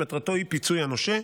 שמטרתו היא פיצוי הנושה.